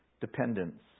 dependence